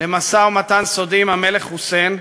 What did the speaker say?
למשא-ומתן סודי עם המלך חוסיין,